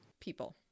people